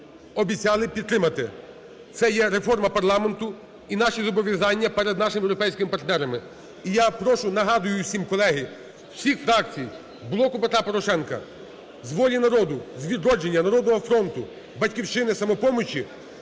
обіцяли підтримати. Це є реформа парламенту і наші зобов'язання перед нашими європейськими партнерами. І я прошу, нагадую всім, колеги, всіх фракцій: "Блоку Петра Порошенка", з "Волі народу", з "Відродження", "Народного фронту", "Батьківщини" і "Самопомочі"